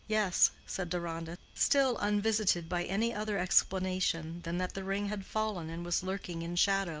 yes, said deronda, still unvisited by any other explanation than that the ring had fallen and was lurking in shadow,